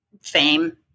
fame